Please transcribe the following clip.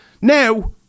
Now